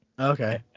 Okay